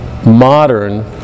modern